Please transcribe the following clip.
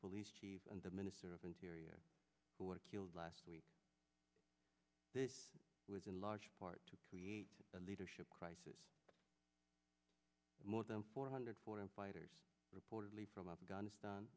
police chief and the minister of interior who were killed last week this was in large part to create the leadership crisis more than four hundred foreign fighters reportedly from afghanistan